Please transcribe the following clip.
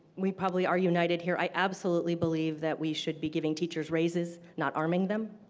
we probably are united here, i absolutely believe that we should be giving teachers raises, not arming them.